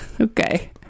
Okay